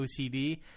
OCD